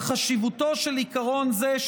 על חשיבותו של עיקרון זה,